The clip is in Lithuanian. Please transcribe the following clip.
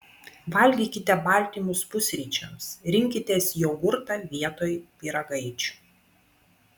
valgykite baltymus pusryčiams rinkitės jogurtą vietoj pyragaičių